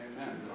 Amen